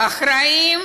האחראים